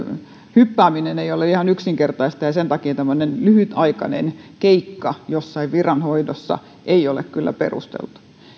hyppääminen ei ole ihan yksinkertaista sen takia tämmöinen lyhytaikainen keikka jossain viranhoidossa ei ole kyllä perusteltu